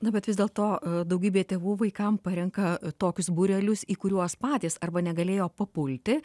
na bet vis dėlto daugybė tėvų vaikam parenka tokius būrelius į kuriuos patys arba negalėjo papulti